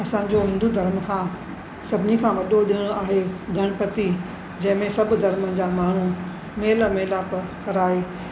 असांजो हिंदू धर्म खां सभिनी खां वॾो ॾिणु आहे गणपति जंहिंमें सभु धर्म जा माण्हू मेलु मिलापु कराइ